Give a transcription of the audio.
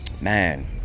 Man